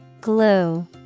Glue